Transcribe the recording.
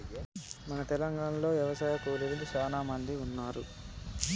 మన తెలంగాణలో యవశాయ కూలీలు సానా మంది ఉన్నారు